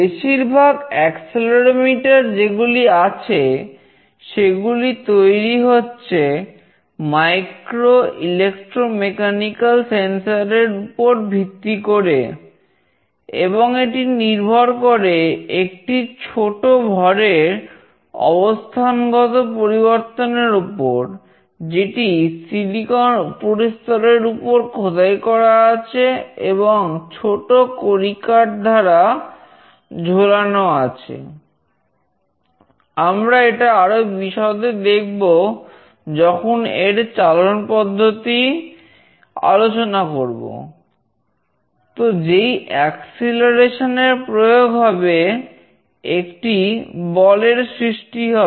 বেশিরভাগ অ্যাক্সেলেরোমিটার এর প্রয়োগ হবেএকটি বলের সৃষ্টি হবে